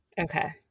Okay